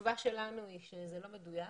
התשובה שלנו היא שזה לא מדויק.